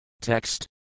TEXT